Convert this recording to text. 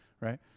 right